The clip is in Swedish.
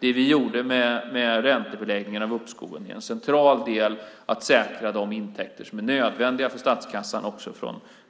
Det vi gjorde med räntebeläggningen av uppskoven är en central del för att säkra de intäkter som är nödvändiga för statskassan också